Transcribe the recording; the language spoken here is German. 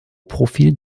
profil